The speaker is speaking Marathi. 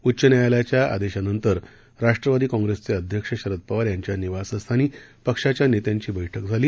उच्च न्यायालयाच्या आदेशानंतर राष्ट्रवादी काँग्रेसचे अध्यक्ष शरद पवार यांच्या निवासस्थानी पक्षाच्या नेत्यांची बैठक झाली